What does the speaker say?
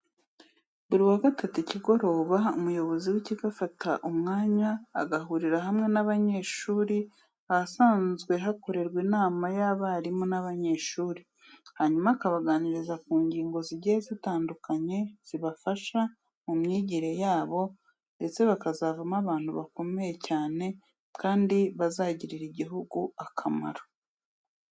Buri wa gatatu ikigoroba, umuyobozi w'ikigo afata umwanya aguhurira hamwe n'abanyeshuri ahasanzwe hakorerwa inama y'abarimu n'abanyeshuri, hanyuma akabaganariza ku ngingo zigiye zitandukanye, zabafasha mu myigire yabo ndetse bakazavamo abantu bakomeye cyane kandi bazagirira igihugu akamaro.